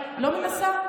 אולי, לא מנסה.